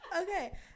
Okay